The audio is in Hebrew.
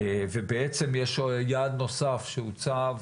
ויש יעד נוסף שהוצב,